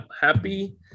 Happy